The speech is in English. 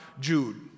Jude